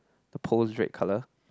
the post red colour